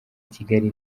kigali